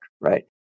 right